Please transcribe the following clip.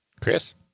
Chris